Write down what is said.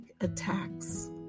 attacks